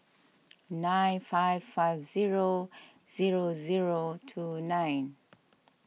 nine five five zero zero zero two nine